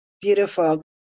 beautiful